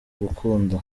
gukunda